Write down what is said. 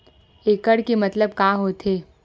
एकड़ के मतलब का होथे?